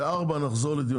באמת שאני לא רוצה,